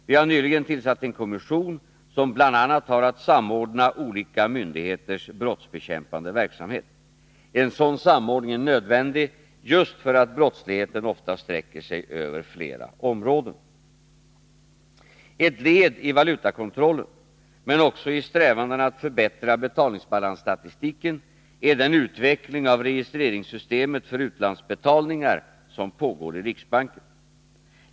Vi har nyligen tillsatt en kommission som bl.a. har att samordna olika myndigheters brottsbekämpande verksamhet. En sådan samordning är nödvändig just för att brottsligheten ofta sträcker sig över flera områden. Ett led i valutakontrollen, men också i strävandena att förbättra betalningsbalansstatistiken, är den utveckling av registreringssystemet för utlandsbetalningar som pågår i riksbanken.